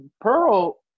Pearl